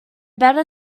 better